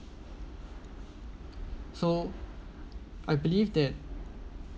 so I believe that